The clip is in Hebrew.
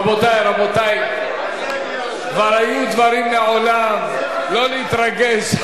רבותי, כבר היו דברים מעולם, לא נתרגש.